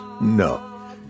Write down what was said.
No